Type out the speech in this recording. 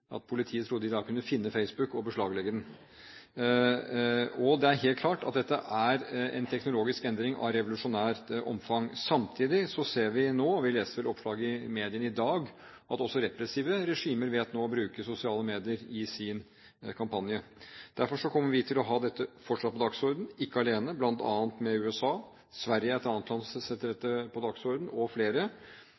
at politiet trodde de kunne finne Facebook og beslaglegge den. Det er helt klart at dette er en teknologisk endring av revolusjonært omfang. Samtidig ser vi, og leser om det i oppslag i mediene i dag, at også repressive regimer nå vet å bruke sosiale medier i sin kampanje. Derfor kommer vi fortsatt til å ha dette på dagsordenen, ikke alene, men bl.a. sammen med USA. Sverige er et annet land som setter dette